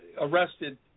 arrested